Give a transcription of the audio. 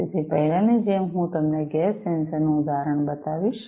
તેથી પહેલાંની જેમ હું તમને ગેસ સેન્સર નું ઉદાહરણ બતાવીશ